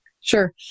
sure